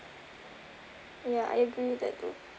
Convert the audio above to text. ya I agree with that too